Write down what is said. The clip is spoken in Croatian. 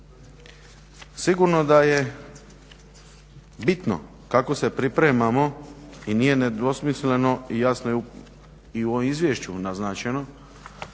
Sigurno da je bitno kako se pripremamo i nije nedvosmisleno i jasno je i u izvješću naznačeno